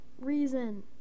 reason